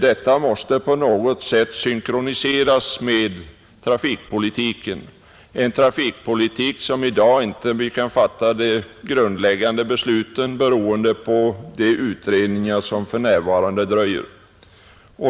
Detta måste på något sätt synkroniseras med trafikpolitiken — en trafikpolitik som vi i dag inte kan fatta de grundläggande besluten om, beroende på de utredningar som för närvarande dröjer.